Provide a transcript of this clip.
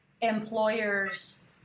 employers